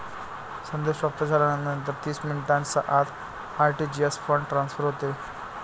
संदेश प्राप्त झाल्यानंतर तीस मिनिटांच्या आत आर.टी.जी.एस फंड ट्रान्सफर होते